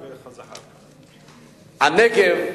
הנגב,